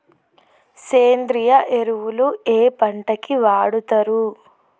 సేంద్రీయ ఎరువులు ఏ పంట కి వాడుతరు?